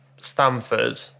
Stanford